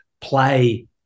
play